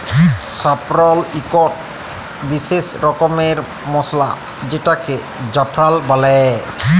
saffron ইকট বিসেস রকমের মসলা যেটাকে জাফরাল বল্যে